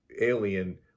alien